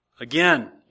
again